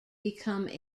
become